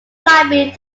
library